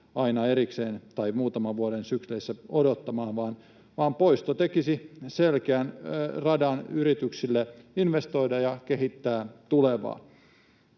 joka vuosi tai muutaman vuoden sykleissä aina erikseen odottamaan, vaan poisto tekisi selkeän radan yrityksille investoida ja kehittää tulevaa.